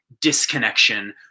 disconnection